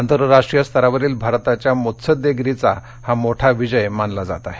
आंतर्राष्ट्रीय स्तरावरील भारताच्या मुत्सद्देगिरीचा हा मोठा विजय मानला जात आहे